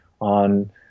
on